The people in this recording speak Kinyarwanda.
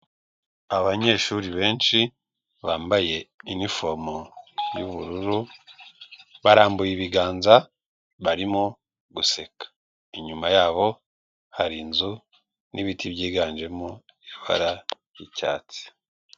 Abanyeshuri benshi bambaye inifomu y'ubururu barambuye ibiganza barimo guseka, inyuma yabo hari inzu n'ibiti byiganjemo ibara ry'icyatsi.